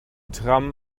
tram